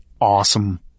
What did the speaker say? awesome